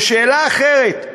או שאלה אחרת: